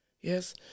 Yes